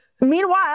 meanwhile